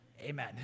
Amen